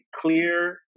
clear